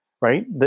right